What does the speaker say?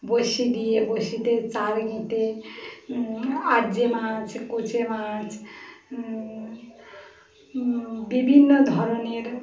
বরশি দিয়ে বরশিতে চার গেঁথে আজে মাছ কোচে মাছ বিভিন্ন ধরনের